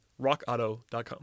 rockauto.com